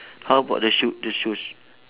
how about the shoe the shoes